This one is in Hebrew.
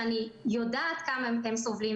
כשאני יודעת כמה הם סובלים,